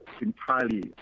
entirely